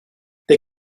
they